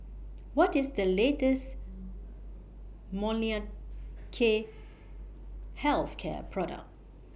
What IS The latest Molnylcke Health Care Product